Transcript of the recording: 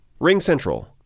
RingCentral